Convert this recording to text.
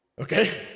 Okay